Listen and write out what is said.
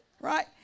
right